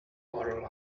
oral